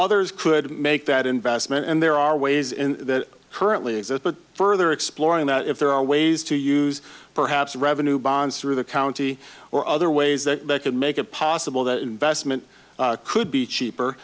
others could make that investment and there are ways in that currently exist but further exploring that if there are ways to use perhaps revenue bonds through the county or other ways that could make it possible that investment could be cheaper